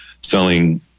selling